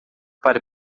para